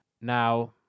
Now